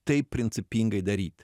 taip principingai daryt